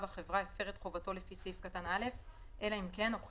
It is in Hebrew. אם אני מוחק את המילים "כל שניתן",